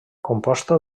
composta